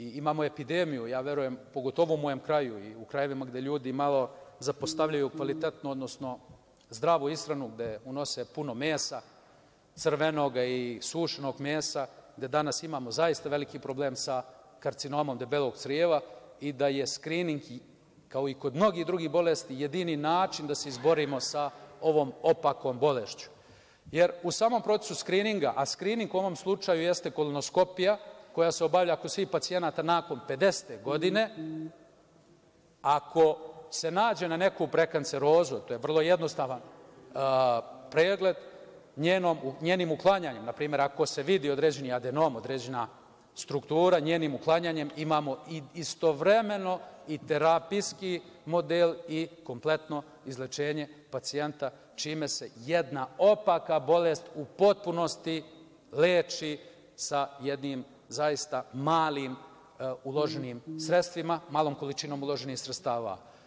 Imamo epidemiju, pogotovo u mom kraju i u krajevima gde ljudi malo zapostavljaju kvalitetnu, odnosno zdravu ishranu, gde unose puno mesa, crvenog i sušenog mesa, gde danas imamo zaista veliki problem sa karcinomom debelog creva i da je skrining, kao i kod mnogih drugih bolesti, jedini način da se izborimo sa ovom opakom bolešću, jer u samom procesu skrininga, a skrining u ovom slučaju jeste kolonoskopija, koja se obavlja kod svih pacijenata nakon 50. godine, ako se nađe na neku prekancerozu, a to je vrlo jednostavan pregled, njenim uklanjanjem, na primer, ako se vidi određeni adenom, određena struktura, njenim uklanjanjem imamo istovremeno i terapijski model i kompletno izlečenje pacijenta, čime se jedna opaka bolest u potpunosti leči sa malom količinom uloženih sredstava.